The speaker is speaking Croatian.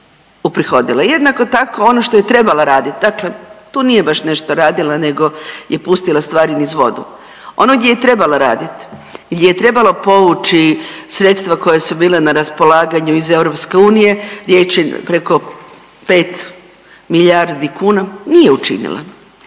Jednako tako ono što je trebala raditi, dakle tu nije baš nešto radila nego je pustila stvari niz vodu. Ono gdje je trebala raditi, gdje je trebalo povući sredstva koja su bila na raspolaganju iz Europske unije riječ je oko 5 milijardi kuna, nije učinila.